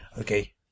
Okay